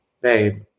babe